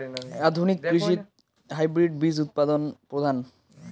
আধুনিক কৃষিত হাইব্রিড বীজ উৎপাদন প্রধান